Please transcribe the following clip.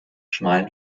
schmalen